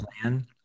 plan